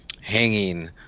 hanging